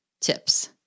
tips